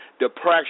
depression